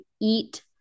Eat